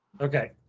Okay